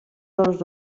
dels